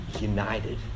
united